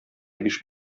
биш